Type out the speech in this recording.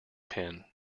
pin